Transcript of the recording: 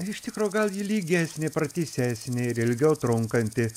iš tikro gal ji lygesnė pratisesnė ir ilgiau trunkanti